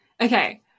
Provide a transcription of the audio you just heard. Okay